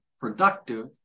productive